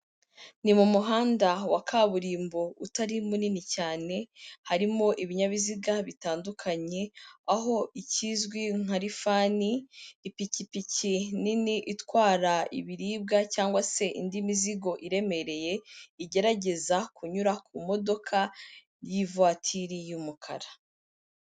Ni mu muhanda wa kaburimbo utari munini cyane harimo ibinyabiziga bitandukanye, aho ikizwi nka rifani, ipikipiki nini itwara ibiribwa cyangwa se indi mizigo iremereye, igerageza kunyura ku modoka y'ivatiri y'umukara.